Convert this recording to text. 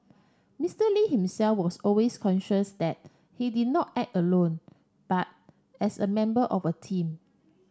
Mister Lee himself was always conscious that he did not act alone but as a member of a team